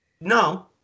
No